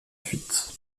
fuite